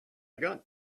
got